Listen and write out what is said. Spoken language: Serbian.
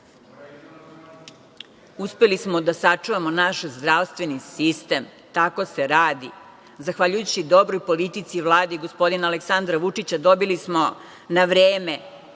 ja. Uspeli smo da sačuvamo naš zdravstveni sistem. Tako se radi. Zahvaljujući dobroj politici, Vladi i gospodina Aleksandra Vučića dobili smo na vreme